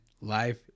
life